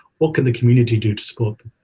what can the community do to support